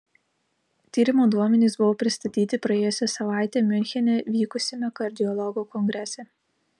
tyrimo duomenys buvo pristatyti praėjusią savaitę miunchene vykusiame kardiologų kongrese